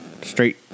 Straight